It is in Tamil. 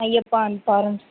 ஐயப்பா அண்ட் ஃபாரன்ஸ்